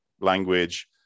language